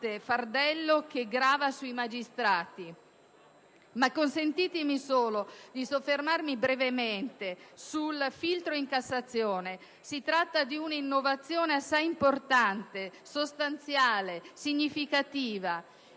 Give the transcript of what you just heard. di Stato per la giustizia*). Ma consentitemi solo di soffermarmi brevemente sul filtro in Cassazione. Si tratta di un'innovazione assai importante, sostanziale, significativa,